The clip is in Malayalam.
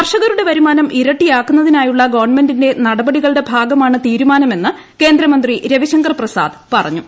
കർഷകരുടെ വരുമാനം ഇരട്ടിയാക്കുന്നതിനായുള്ളൂ ഗ്വ്ൺമെന്റിന്റെ നടപടികളുടെ ഭാഗമാണ് തീരുമാനമെന്ന് കേന്ദ്രമിന്തി ർവിശങ്കർ പ്രസാദ് പറഞ്ഞു